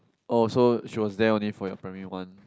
oh so she was there only for your primary one